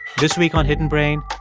this week on hidden brain